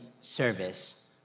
service